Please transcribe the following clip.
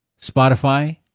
Spotify